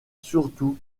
surtout